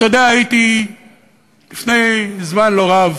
אתה יודע, הייתי לפני זמן לא רב,